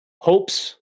hopes